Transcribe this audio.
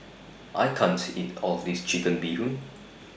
I can't eat All of This Chicken Bee Hoon